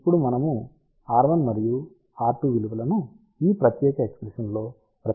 ఇప్పుడు మనము r1 మరియు r2 విలువలను ఈ ప్రత్యేక ఎక్ష్ప్రెషన్ లో ప్రతిక్షేపించవచ్చు